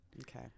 Okay